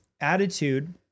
attitude